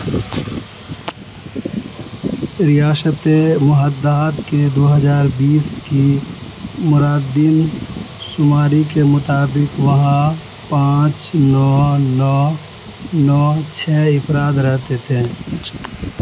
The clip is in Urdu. ریاست محداد کے دو ہزار بیس کی مردم شماری کے مطابق وہاں پانچ نو نو نو چھ افراد رہتے تھے